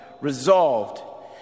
Resolved